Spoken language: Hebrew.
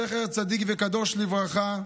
זכר צדיק וקדוש לברכה,